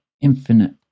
infinite